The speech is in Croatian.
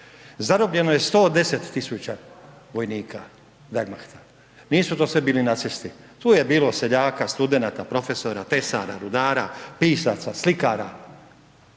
Zarobljeno je 110 tisuća vojnika .../Govornik se ne razumije./... nisu to sve bili nacisti. Tu je bilo seljaka, studenata, profesora, tesara, rudara, pisaca, slikara.